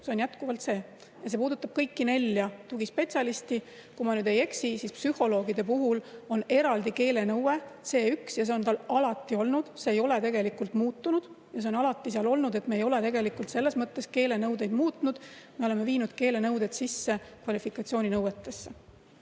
see on jätkuvalt nii ja see puudutab kõiki nelja tugispetsialisti. Kui ma nüüd ei eksi, siis psühholoogide puhul on eraldi keelenõue C1 ja see on alati olnud, see ei ole tegelikult muutunud. See on alati olnud, me ei ole tegelikult selles mõttes keelenõudeid muutnud. Me oleme viinud keelenõuded sisse kvalifikatsiooninõuetesse.